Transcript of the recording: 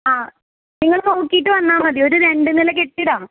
ആ നിങ്ങൾ നോക്കീട്ട് വന്നാൽ മതി ഒരു രണ്ട് നില കെട്ടിടമാണ്